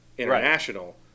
international